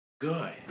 good